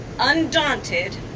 undaunted